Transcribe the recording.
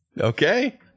Okay